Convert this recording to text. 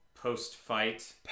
Post-fight